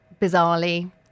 bizarrely